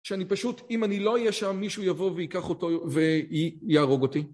שאני פשוט, אם אני לא אהיה שם מישהו יבוא ויקח אותו ויהרוג אותי